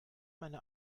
meine